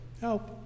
Help